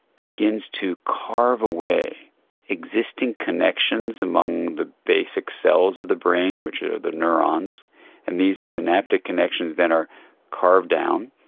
begins to carve away existing connections among the basic cells of the brain which are the neurons and these synaptic connections that are carved down,